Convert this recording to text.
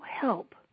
help